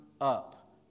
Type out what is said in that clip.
up